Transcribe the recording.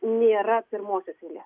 nėra pirmosios eilės